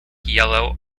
yellow